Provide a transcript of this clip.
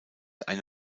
eine